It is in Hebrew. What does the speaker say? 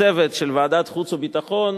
הצוות של ועדת החוץ והביטחון,